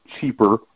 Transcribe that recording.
cheaper